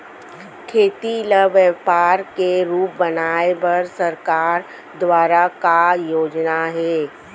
खेती ल व्यापार के रूप बनाये बर सरकार दुवारा का का योजना हे?